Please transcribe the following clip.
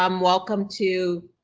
um welcome to.